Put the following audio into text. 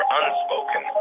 unspoken